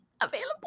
available